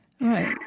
Right